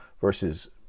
versus